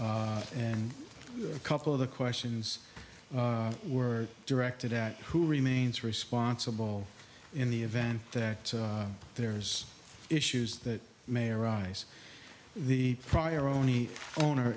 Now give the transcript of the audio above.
and a couple of the questions were directed at who remains responsible in the event that there's issues that may arise the prior only owner